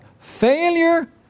Failure